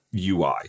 UI